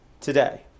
today